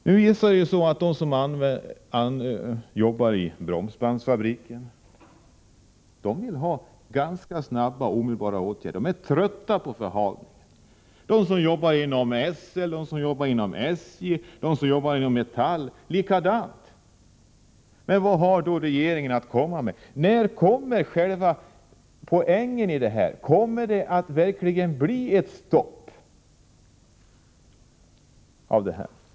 Nu visar det sig att de som jobbar i bromsbandsfabriker vill ha omedelbara åtgärder, de är trötta på förhalningen. Samma sak gäller för dem som jobbar inom SL, SJ och Metall. Men vad har regeringen att komma med? När kommer själva poängen? Kommer det verkligen att bli ett stopp?